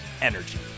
energy